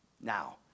Now